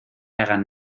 hagan